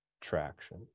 traction